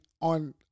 on